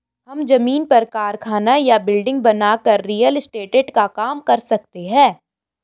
हम जमीन पर कारखाना या बिल्डिंग बनाकर रियल एस्टेट का काम कर सकते है